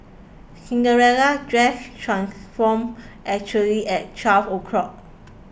Cinderella's dress transformed exactly at twelve o' clock